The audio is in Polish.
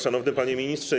Szanowny Panie Ministrze!